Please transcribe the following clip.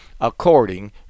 according